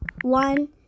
one